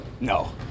No